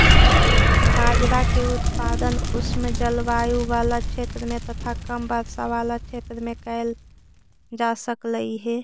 बाजरा के उत्पादन उष्ण जलवायु बला क्षेत्र में तथा कम वर्षा बला क्षेत्र में कयल जा सकलई हे